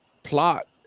Plot